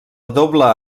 doble